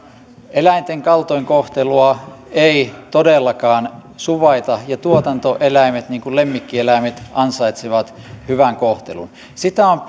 eläinten kaltoinkohtelua ei todellakaan suvaita ja tuotantoeläimet niin kuin lemmikkieläimetkin ansaitsevat hyvän kohtelun sitä on